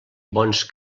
bons